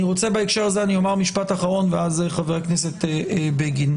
בהקשר הזה אני אומר משפט אחרון ואז חבר הכנסת בגין.